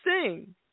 sing